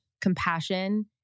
compassion